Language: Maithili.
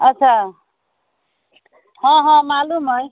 अच्छा हँ हँ मालूम अछि